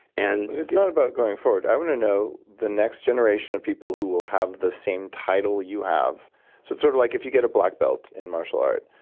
and it's not about going forward. i want to know the next generation of people who will have the same title you have. it's sort of like if you get a black belt in martial art,